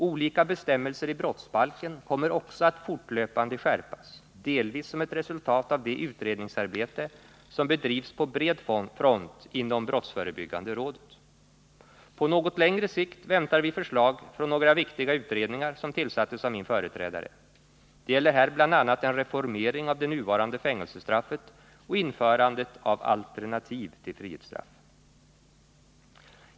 Olika bestämmelser i brottsbalken kommer också att fortlöpande skärpas, delvis som ett resultat av det utredningsarbete som bedrivs på bred front inom brottsförebyggande rådet. På något längre sikt väntar vi förslag från några viktiga utredningar som tillsattes av min företrädare. Det gäller här bl.a. en reformering av det nuvarande fängelsestraffet och införandet av alternativ till frihetsstraff.